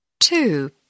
Two